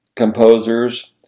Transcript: composers